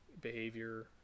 behavior